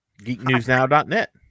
geeknewsnow.net